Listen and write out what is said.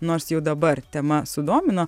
nors jau dabar tema sudomino